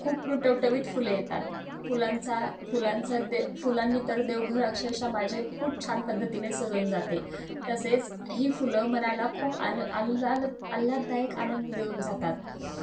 खूप टवटवीत फुले येतात फुलांचा फुलांचं देव फुलांनी तर देवघर अक्षरशः माझे खूप छान पद्धतीने सजवून जाते तसेच ही फुलं मनाला खूप आणि आलल आल्हाददायक आनंद देऊन जातात